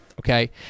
okay